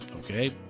Okay